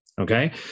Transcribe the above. okay